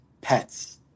pets